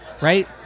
right